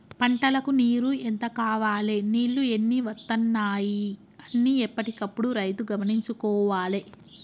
పంటలకు నీరు ఎంత కావాలె నీళ్లు ఎన్ని వత్తనాయి అన్ని ఎప్పటికప్పుడు రైతు గమనించుకోవాలె